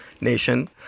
nation